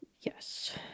Yes